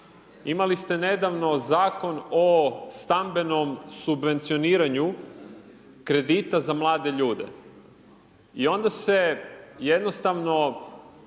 Imali ste nedavno Zakon o stambenom subvencioniranju kredita za mlade ljude, i ona se jednostavno